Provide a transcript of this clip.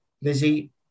Lizzie